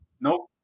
Nope